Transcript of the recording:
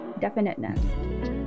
definiteness